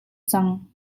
cang